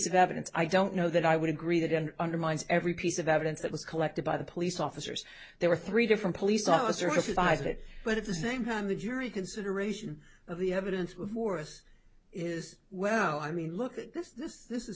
of evidence i don't know that i would agree that and undermines every piece of evidence that was collected by the police officers there were three different police officer who fired it but at the same time the jury consideration of the evidence before us is well i mean look at this this this is